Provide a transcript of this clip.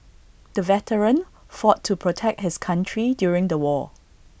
the veteran fought to protect his country during the war